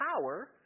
power